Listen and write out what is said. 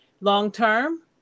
long-term